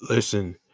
Listen